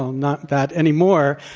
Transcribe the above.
not that anymore.